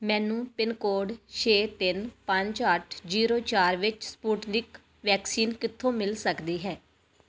ਮੈਨੂੰ pin code ਛੇ ਤਿੰਨ ਪੰਜ ਅੱਠ ਜੀਰੋ ਚਾਰ ਵਿੱਚ ਸਪੁਟਨਿਕ ਵੈਕਸੀਨ ਕਿੱਥੋਂ ਮਿਲ ਸਕਦੀ ਹੈ